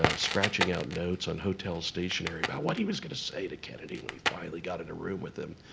ah scratching out notes on hotel stationary about what he was gonna say to kennedy when he finally got in a room with him.